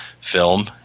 film